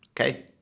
Okay